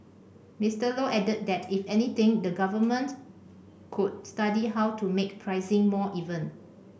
Mister Low added that if anything the Government could study how to make pricing more even